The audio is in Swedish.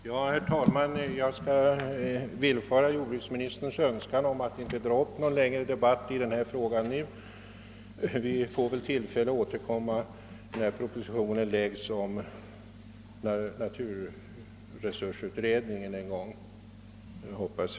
Herr talman! Jag skall villfara jordbruksministerns önskan om att vi inte skall ta upp någon längre debatt i denna fråga nu. Vi får väl anledning återkomma när propositionen med anledning av naturresursutredningens betänkande en gång framläggs.